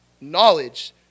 knowledge